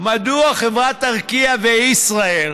מדוע חברות ארקיע וישראייר,